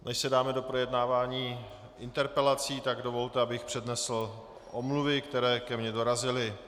Než se dáme do projednávání interpelací, tak dovolte, abych přednesl omluvy, které ke mně dorazily.